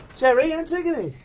jerry, antigone.